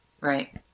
Right